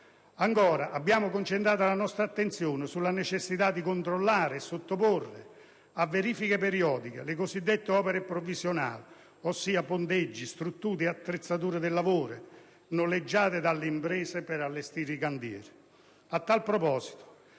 Ancora, abbiamo concentrato la nostra attenzione sulla necessità di controllare e sottoporre a verifiche periodiche le cosiddette opere provvisionali, ossia ponteggi, strutture e attrezzature da lavoro, noleggiate dalle imprese per allestire i cantieri. A tal proposito,